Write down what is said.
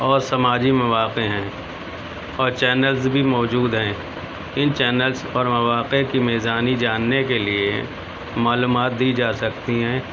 اور سماجی مواقع ہیں اور چینلز بھی موجود ہیں ان چینلز پر مواقع کی میزانی جاننے کے لیے معلومات دی جا سکتی ہیں